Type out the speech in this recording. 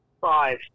Five